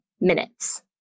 minutes